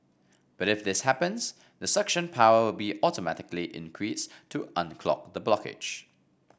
but if this happens the suction power will be automatically increased to unclog the blockage